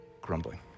grumbling